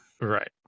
Right